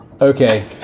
okay